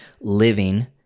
living